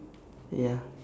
ya